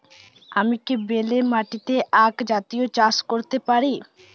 আমি কি বেলে মাটিতে আক জাতীয় চাষ করতে পারি?